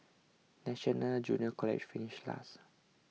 National Junior College finished last